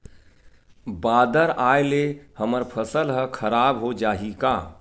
बादर आय ले हमर फसल ह खराब हो जाहि का?